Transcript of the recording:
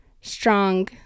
strong